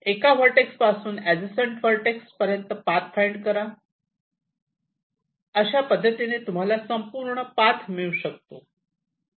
एका व्हर्टेक्स पासून adjacent vertex पर्यंत पाथ फाईंड करा अशा पद्धतीने तुम्हाला संपूर्ण पाथ मिळू शकतो